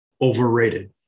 overrated